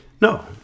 No